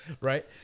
right